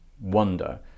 wonder